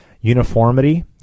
uniformity